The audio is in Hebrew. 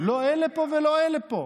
לא אלה פה ולא אלה פה.